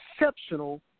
exceptional